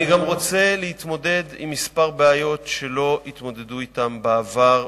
אני גם רוצה להתמודד עם כמה בעיות שלא התמודדו אתן בעבר,